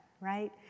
right